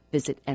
visit